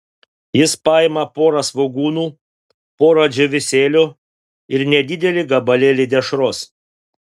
jis paima porą svogūnų porą džiūvėsėlių ir nedidelį gabalėlį dešros